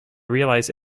realise